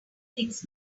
things